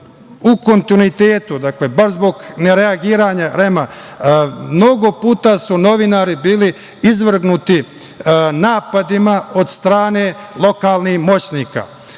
u kontinuitetu, baš zbog nereagovanja REM-a, mnogo puta su novinari bili izvrgnuti napadima od strane lokalnih moćnika.